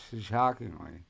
shockingly